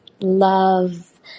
love